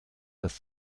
dass